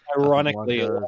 ironically